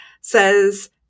says